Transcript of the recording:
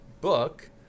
book